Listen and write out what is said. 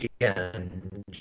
again